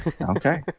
Okay